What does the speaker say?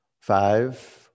Five